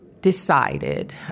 Decided